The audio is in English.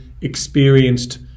experienced